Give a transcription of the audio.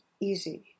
easy